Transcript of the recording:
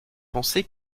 pensé